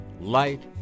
Light